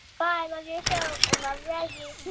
bye. love your show and love reggie